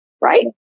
right